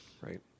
Right